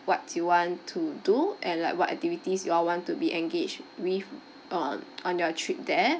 what do you want to do and like what activities you all want to be engage with on on your trip there